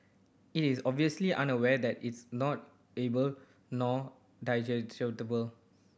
it is obviously unaware that it's not edible nor digestible